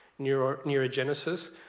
neurogenesis